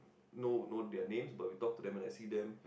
know know their names but we talk to them when I see them